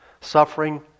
Suffering